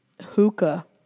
hookah